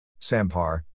Sampar